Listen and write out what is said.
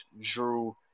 Drew